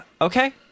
Okay